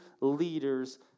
leaders